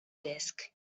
desk